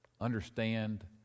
understand